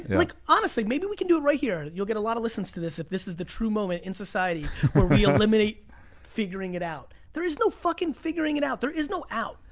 and like honestly, maybe we can do it right here. you'll get a lot of listens to this if this is the true moment in society where we eliminate figuring it out. there is no fucking figuring it out. there is no out.